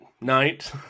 night